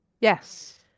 Yes